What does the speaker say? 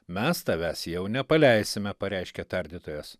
mes tavęs jau nepaleisime pareiškė tardytojas